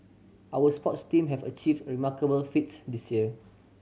our sports team have achieved remarkable feats this year